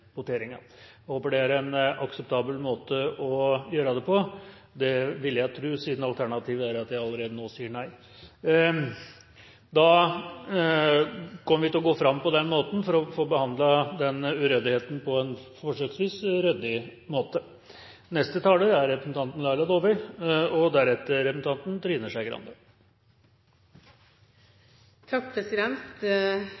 Presidenten håper dette er en akseptabel måte å gjøre det på. Det vil presidenten tro, siden alternativet er at presidenten allerede nå sier nei. Man kommer til å gå fram på denne måten for å få behandlet denne uryddigheten på en forsøksvis ryddig måte. Jeg vil først si at Kristelig Folkeparti følger Fremskrittspartiet og